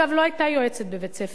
לא היתה יועצת בבית-הספר,